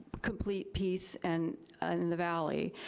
complete peace and and in the valley,